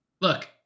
look